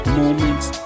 moments